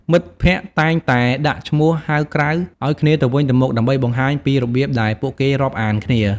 មិត្តភក្តិតែងតែដាក់ឈ្មោះហៅក្រៅឱ្យគ្នាទៅវិញទៅមក ដើម្បីបង្ហាញពីរបៀបដែលពួកគេរាប់អានគ្នា។